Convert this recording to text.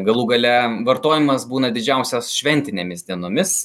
galų gale vartojimas būna didžiausias šventinėmis dienomis